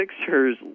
Sixers